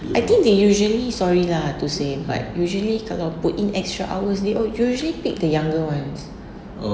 I think they usually sorry lah to say but usually kalau put in extra hours they would usually pick the younger ones